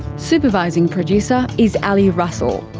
supervising producer is ali russell.